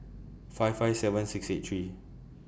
five five seven six eight three